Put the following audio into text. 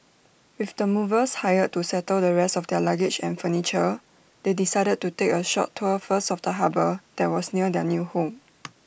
with the movers hired to settle the rest of their luggage and furniture they decided to take A short tour first of the harbour that was near their new home